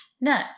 No